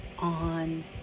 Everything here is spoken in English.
on